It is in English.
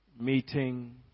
meeting